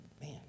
man